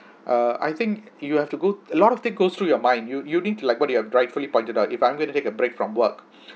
uh I think you have to go a lot of thing goes through your mind you you need to like what you have rightfully pointed out if I'm going to take a break from work